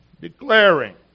declaring